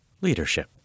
leadership